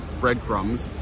breadcrumbs